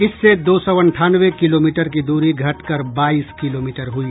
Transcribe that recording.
इससे दो सौ अंठानवे किलोमीटर की दूरी घटकर बाईस किलोमीटर हुई